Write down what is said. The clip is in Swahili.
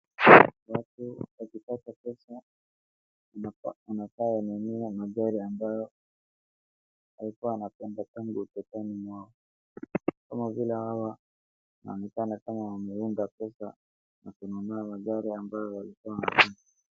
Watu wakipata pesa wanafaa wanunu na magari ambayo alikuwa anapenda tangu utotoni mwao. Kama vile hawa wanaonekana kama wameunda pesa na kununua magari ambayo walikuwa wanapenda.